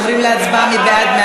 מי בעד?